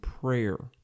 prayer